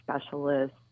specialist